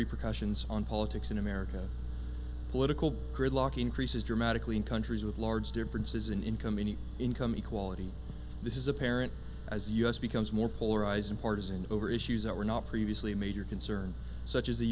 repercussions on politics in america political gridlock increases dramatically in countries with large differences in income any income inequality this is apparent as us becomes more polarized and partisan over issues that were not previously major concern such as the